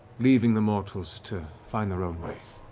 leaving the mortals to find their own way,